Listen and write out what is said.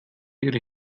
ihre